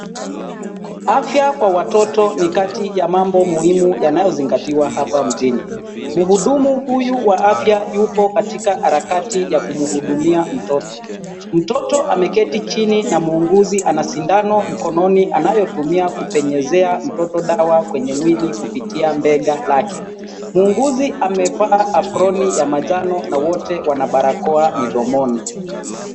Afya kwa watoto ni kati ya mambo muhimu yanayozingatiwa hapa mjini. Mhudumu huyu wa afya yupo katika harakati ya kumhudumia mtoto. Mtoto ameketi chini na muuguzi ana sindano mkononi anayotumia kupenyezea mtoto dawa kwenye mwili kupitia bega lake. Muguuzi amevaa aproni ya manjano na wote wana barakoa midomoni.